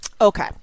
Okay